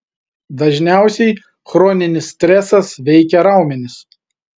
dažniausiai chroninis stresas veikia raumenis